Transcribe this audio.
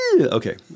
okay